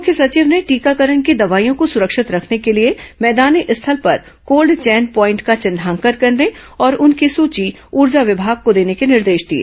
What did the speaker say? मुख्य सचिव ने टीकाकरण की दवाइयों को सुरक्षित रखने के लिए मैदानी स्थल पर कोल्ड चैन पॉइन्ट का चिन्हांकन करने और उनकी सूची उर्जा विभाग को र्दने के निर्देश दिए